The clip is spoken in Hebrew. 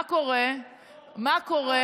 מה קורה